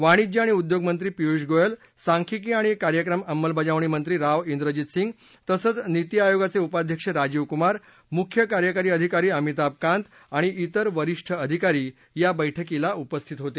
वाणिज्य आणि उद्योगमंत्री पियुष गोयल सांख्यिकी आणि कार्यक्रम अंमलबजावणीमंत्री राव इंद्रजित सिंग तसंच निती आयोगाचे उपाध्यक्ष राजीव कुमार मुख्य कार्यकारी अधिकारी अमिताभ कांत आणि इतर वरिष्ठ अधिकारी या बैठकीला उपस्थित होते